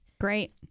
Great